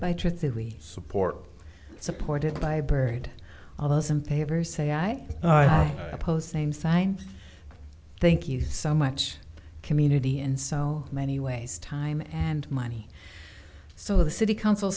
that we support supported by byrd although some pavers say i oppose same sign thank you so much community in so many ways time and money so the city council